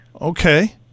okay